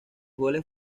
goles